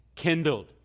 Kindled